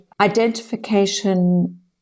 identification